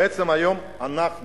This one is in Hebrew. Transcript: בעצם היום אנחנו